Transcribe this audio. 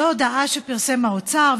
זו הודעה שפרסם האוצר,